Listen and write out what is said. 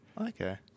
Okay